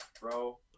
bro